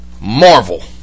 Marvel